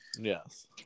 Yes